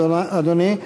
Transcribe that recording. אדוני,